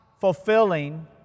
fulfilling